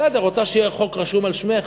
בסדר, רוצה שיהיה חוק רשום על שמך?